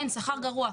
שכר גרוע'.